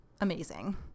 amazing